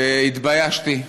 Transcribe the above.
והתביישתי.